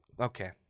Okay